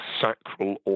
sacral